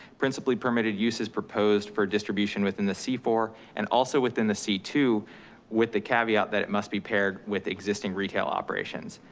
principally permitted uses proposed for distribution within the c twenty four, and also within the c two with the caveat that it must be paired with existing retail operations.